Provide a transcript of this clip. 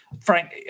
Frank